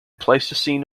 pleistocene